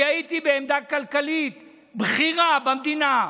אני הייתי בעמדה כלכלית בכירה במדינה,